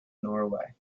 norway